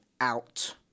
out